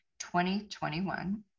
2021